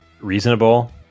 reasonable